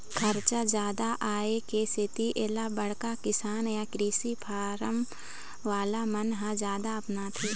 खरचा जादा आए के सेती एला बड़का किसान य कृषि फारम वाला मन ह जादा अपनाथे